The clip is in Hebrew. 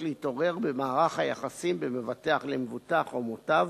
להתעורר במערך היחסים בין מבטח למבוטח או מוטב,